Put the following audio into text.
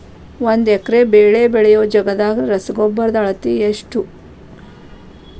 ಒಂದ್ ಎಕರೆ ಬೆಳೆ ಬೆಳಿಯೋ ಜಗದಾಗ ರಸಗೊಬ್ಬರದ ಅಳತಿ ಎಷ್ಟು?